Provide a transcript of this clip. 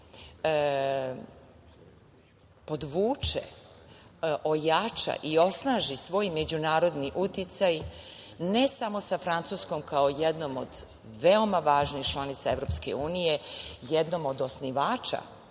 podvuče, ojača i osnaži svoj međunarodni uticaj, ne samo sa Francuskom, kao jednom od veoma važnih članica EU, jednom od osnivača